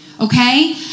Okay